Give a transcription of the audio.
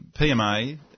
PMA